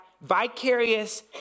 vicarious